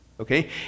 okay